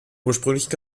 ursprünglichen